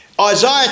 Isaiah